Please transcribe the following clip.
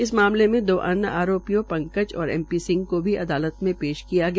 इस मामले मे दो आरोपियों पंकज और एम पी सिंह को भी अदालत में पेश किया गया